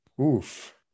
Oof